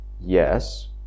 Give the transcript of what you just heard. yes